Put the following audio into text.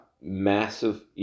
Massive